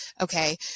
okay